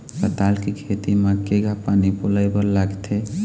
पताल के खेती म केघा पानी पलोए बर लागथे?